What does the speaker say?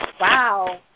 Wow